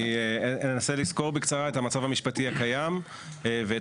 אני אנסה לסקור בקצרה את המצב המשפטי הקיים ואת